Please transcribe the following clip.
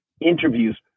Interviews